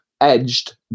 edged